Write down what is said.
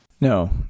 No